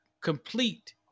complete